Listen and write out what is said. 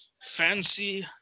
fancy